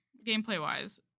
Gameplay-wise